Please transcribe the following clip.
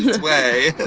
way.